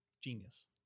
Genius